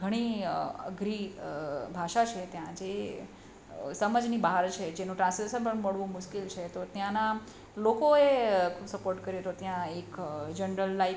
ઘણી અઘરી ભાષા છે ત્યાં જે સમજની બહાર છે જેનું ટ્રાન્સલેસન પણ મળવું મુશ્કેલ છે તો ત્યાંનાં લોકોએ ખૂબ સપોર્ટ કર્યો તો ત્યાં એક જનરલ લાઇક